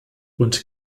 und